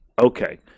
Okay